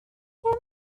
him